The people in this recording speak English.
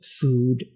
food